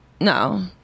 no